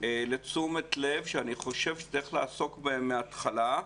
לתשומת לב, שאני חושב שצריך לעסוק בהן מההתחלה,